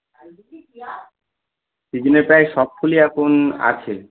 সিজিনের প্রায় সব ফুলই এখন আছে